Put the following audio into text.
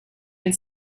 and